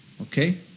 Okay